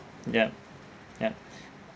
yup yup